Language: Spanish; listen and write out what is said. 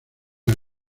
una